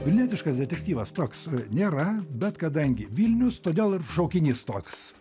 vilnietiškas detektyvas toks nėra bet kadangi vilnius todėl ir šaukinys toks